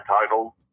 title